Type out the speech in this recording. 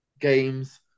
games